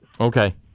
Okay